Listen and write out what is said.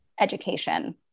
education